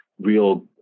real